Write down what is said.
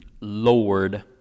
Lord